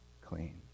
clean